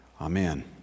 amen